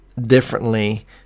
differently